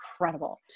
incredible